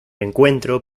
encuentro